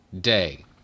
day